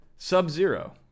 Sub-zero